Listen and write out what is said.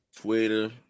Twitter